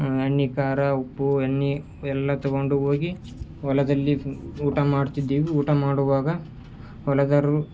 ಎಣ್ಣೆ ಖಾರ ಉಪ್ಪು ಎಣ್ಣೆ ಎಲ್ಲ ತಗೊಂಡು ಹೋಗಿ ಹೊಲದಲ್ಲಿ ಊಟ ಮಾಡ್ತಿದ್ದೆವು ಊಟ ಮಾಡುವಾಗ ಹೊಲಗಾರರು